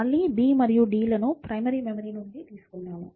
మళ్ళీ b మరియు d లను ప్రైమరీ మెమరీ నుండి తీసుకుంటాము